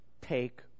take